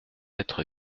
être